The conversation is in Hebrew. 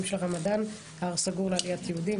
של הרמדאן הר הבית סגור לעליית יהודים,